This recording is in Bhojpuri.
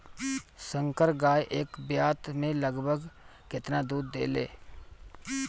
संकर गाय एक ब्यात में लगभग केतना दूध देले?